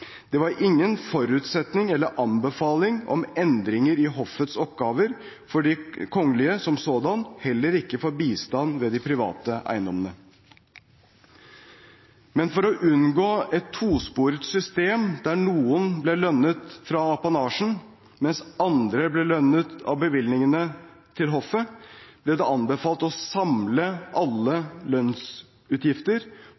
Det var ingen forutsetning eller anbefaling om endringer i hoffets oppgaver for de kongelige som sådan, heller ikke for bistand ved de private eiendommene. Men for å unngå et tosporet system, der noen ble lønnet fra apanasjen, mens andre ble lønnet av bevilgningen til hoffet, ble det anbefalt å samle